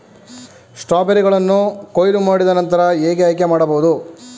ಸ್ಟ್ರಾಬೆರಿಗಳನ್ನು ಕೊಯ್ಲು ಮಾಡಿದ ನಂತರ ಹೇಗೆ ಆಯ್ಕೆ ಮಾಡಬಹುದು?